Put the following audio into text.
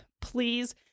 Please